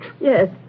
Yes